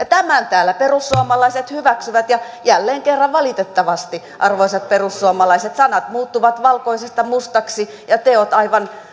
tämän täällä perussuomalaiset hyväksyvät ja jälleen kerran valitettavasti arvoisat perussuomalaiset sanat muuttuvat valkoisesta mustaksi ja teot aivan